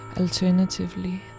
Alternatively